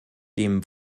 dem